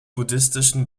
buddhistischen